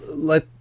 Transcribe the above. let